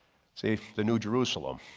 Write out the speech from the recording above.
see the new jerusalem